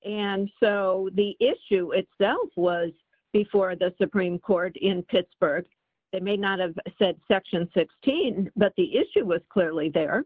and so the issue itself was before the supreme court in pittsburgh it may not have said section sixteen but the issue was clearly the